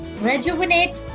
rejuvenate